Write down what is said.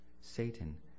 Satan